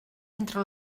entre